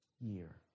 year